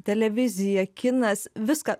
televizija kinas viską